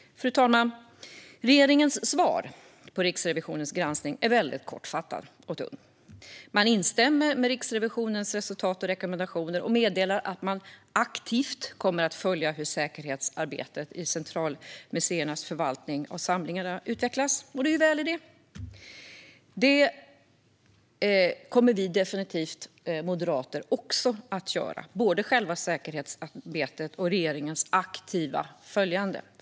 Fru talman! Regeringens svar på Riksrevisionens granskning är väldigt kortfattat och tunt. Man instämmer med Riksrevisionens resultat och rekommendationer och meddelar att man aktivt kommer att följa hur säkerhetsarbetet i centralmuseernas förvaltning av samlingarna utvecklas. Det är ju väl. Detta kommer definitivt vi moderater också att göra. Vi kommer att följa både själva säkerhetsarbetet och regeringens aktiva följande.